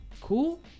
Cool